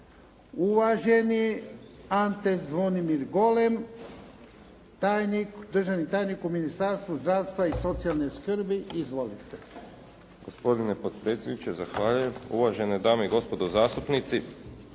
uvaženi Ante Zvonimir Golem, državni tajnik u Ministarstvu zdravstva i socijalne skrbi. Izvolite.